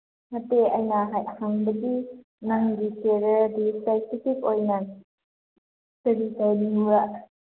ꯅꯠꯇꯦ ꯑꯩꯅ ꯍꯪꯕꯗꯤ ꯅꯪꯒꯤ ꯀꯦꯔꯤꯌꯔꯗꯤ ꯏꯁꯄꯦꯗꯤꯐꯤꯛ ꯑꯣꯏꯅ ꯏꯁꯇꯗꯤ ꯇꯧꯅꯤꯡꯕ